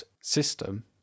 system